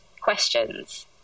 questions